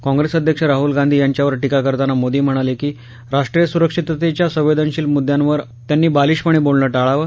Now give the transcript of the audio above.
कॉंग्रेस अध्यक्ष राहुल गांधी यांच्यावर टीका करताना मोदी म्हणाले की राष्ट्रीय सुरक्षिततेच्या संवेदनशील मुद्यांवर त्यांनी बालिश पणे बोलणं टाळावं